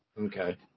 okay